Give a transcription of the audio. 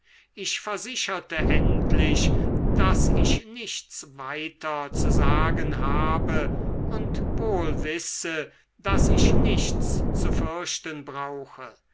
ich versicherte endlich daß ich nichts weiter zu sagen habe und wohl wisse daß ich nichts zu fürchten brauche